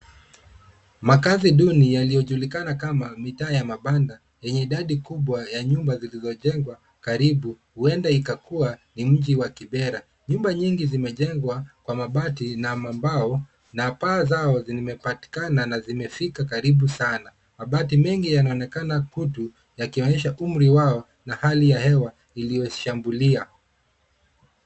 Makazi duni yaliyojulikana kama mitaa ya mabanda yenye idadi kubwa ya nyumba ziliyojengwa karibu uenda ikakua ni mji wa Kibera. Nyumba nyingi zimejengwa kwa mabati na mambao na paa zao zinimepatikana na zimefika karibu sana. Mabati mengi yanaonekana kutu yakionyesha umri wao na hali ya hewa iliyoshambulia.